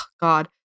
God